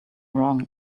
wrong